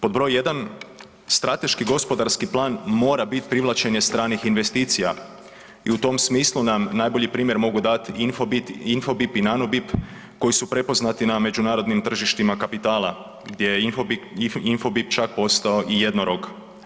Pod br. 1. strateški gospodarski plan mora bit privlačenje stranih investicija i u tom smislu nam najbolji primjer mogu dat Infobit, Infobip i Nanobip koji su prepoznati na međunarodnim tržištima kapitala gdje Infobit, Infobip čak postao i jednorog.